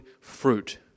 fruit